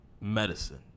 Medicine